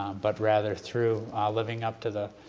but rather through living up to the